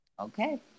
Okay